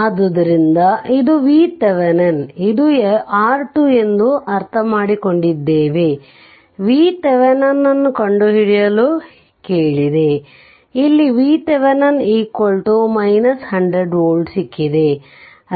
ಆದ್ದರಿಂದಇದು VThevenin ಇದು R2 ಎಂದು ಅರ್ಥಮಾಡಿಕೊಂಡಿದ್ದೇವೆ VThevenin ಅನ್ನು ಕಂಡುಹಿಡಿಯಲು ಕೇಳಿದೆ ಇಲ್ಲಿ VThevenin 100v ಸಿಕ್ಕಿದೆ